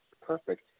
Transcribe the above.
perfect